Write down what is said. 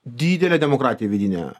didelę demokratiją vidinę